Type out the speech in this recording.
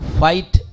fight